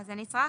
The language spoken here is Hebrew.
פרנסה"